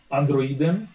androidem